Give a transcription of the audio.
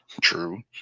True